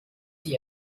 sie